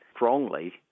strongly